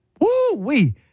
Woo-wee